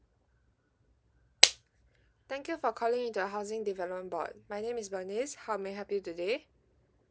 thank you for calling the housing development board my name is bernice how may I help you today